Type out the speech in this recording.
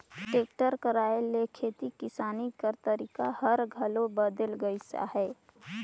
tractor कर आए ले खेती किसानी कर तरीका हर घलो बदेल गइस अहे